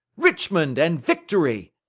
richmond and victory!